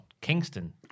Kingston